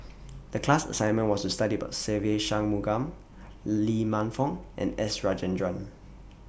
The class assignment was to study about Se Ve Shanmugam Lee Man Fong and S Rajendran